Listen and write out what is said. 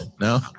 No